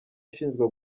ashinjwa